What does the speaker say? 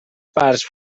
parts